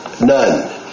None